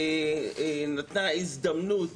היא נתנה הזדמנות